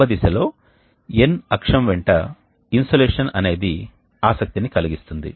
కాబట్టి చల్లటి గాలికి కొంత మొత్తంలో ఉష్ణ శక్తి లభిస్తుంది